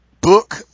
book